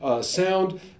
sound